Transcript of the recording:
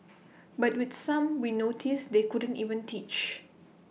but with some we noticed they couldn't even teach